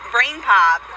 BrainPop